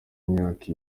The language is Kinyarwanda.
imyaka